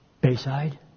Bayside